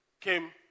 came